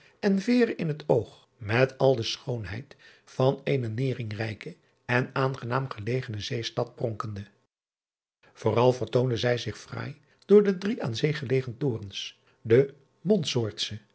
en eere in het oog met al de schoonheid van eene neringrijke en aangenaam gelegene eestad pronkende ooral vertoonde zij zich fraai door de drie aan zee gelegen torens de ontsoortsche